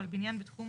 או על בניין בתחום